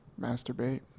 Masturbate